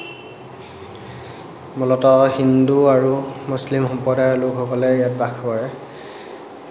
মূলত হিন্দু আৰু মুছলিম সম্প্ৰদায়ৰ লোকসকলে ইয়াত বাস কৰে